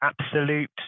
absolute